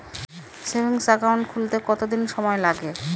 Savings account খুলতে কতদিন সময় লাগে?